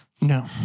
No